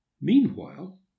Meanwhile